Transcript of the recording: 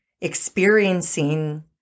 experiencing